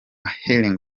healing